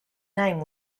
name